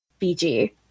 BG